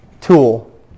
tool